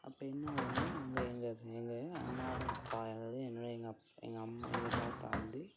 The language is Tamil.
அப்போ என்ன ஆகுதுனா அங்கே எங்கள் எங்கள் அம்மாவோடய அப்பா அதாவது என்னோடய எங்கள் அப் எங்கள் அம் எங்கள் தாத்தா வந்து